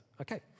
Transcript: Okay